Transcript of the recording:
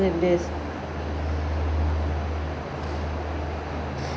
this this